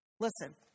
Listen